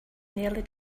nearly